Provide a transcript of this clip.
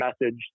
message